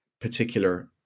particular